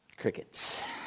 crickets